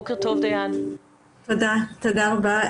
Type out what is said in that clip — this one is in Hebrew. תודה רבה.